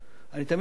אני תמיד יודע,